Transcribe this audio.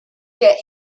get